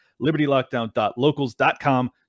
libertylockdown.locals.com